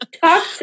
Talk